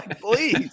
please